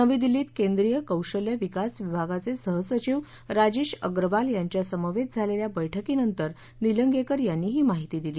नवी दिल्लीत केंद्रीय कौशल्य विकास विभागाचे सहसचिव राजेश अग्रवाल यांच्यासमवेत झालेल्या बैठकीनंतर निलंगेकर यांनी ही माहिती दिली